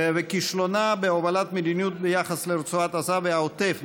וכישלונה בהובלת מדיניות ביחס לרצועת עזה והעוטף,